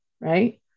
right